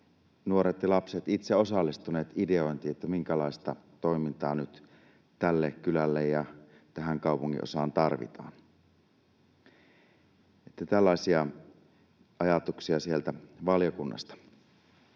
nuoret ja lapset itse osallistuneet ideointiin, että minkälaista toimintaa nyt tälle kylälle ja tähän kaupungin-osaan tarvitaan. Että tällaisia ajatuksia sieltä valiokunnasta.